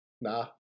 Nah